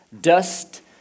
Dust